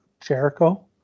Jericho